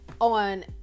on